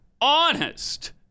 honest